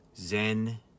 Zen